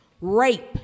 Rape